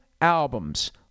albums